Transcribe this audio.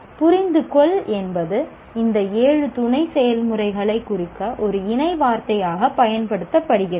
எனவே 'புரிந்துகொள்' என்பது இந்த ஏழு துணை செயல்முறைகளை குறிக்க ஒரு இணை வார்த்தையாக பயன்படுத்தப்படுகிறது